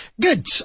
good